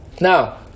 now